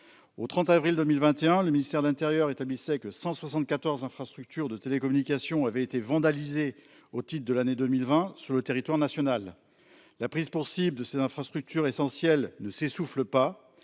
Le 30 avril 2021, le ministère de l'intérieur indiquait que 174 infrastructures de télécommunications avaient été vandalisées en 2020 sur le territoire national. La prise pour cible de ces infrastructures essentielles ne s'essouffle pas,